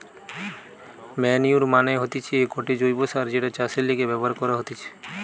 manure মানে হতিছে গটে জৈব্য সার যেটা চাষের লিগে ব্যবহার করা হতিছে